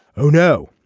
oh no.